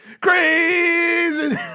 Crazy